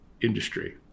industry